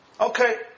okay